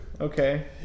Okay